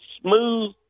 smooth